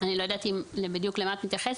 אני לא יודעת למה בדיוק את מתייחסת.